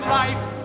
life